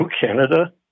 Canada